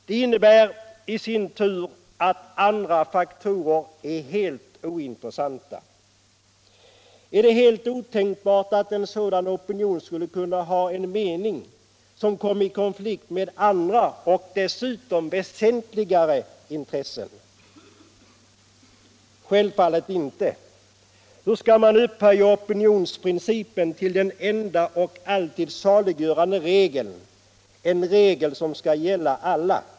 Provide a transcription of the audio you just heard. Det innebär att andra faktorer är helt ointressanta. Är det helt otänkbart att en sådan opinion skulle kunna ha en mening, som kom i konflikt med andra och dessutom väsentligare intressen? Självfallet inte. Hur skall man kunna upphöja opinionsprincipen till den enda och alltid saliggörande regeln, en regel som skall gälla alla?